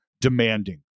demanding